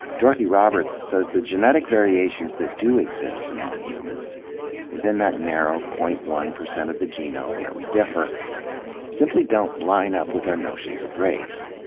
dorothy roberts says the genetic variations that do exist among humans within that narrow zero point one percent of the genome where we differ simply don't line up with our notions of race.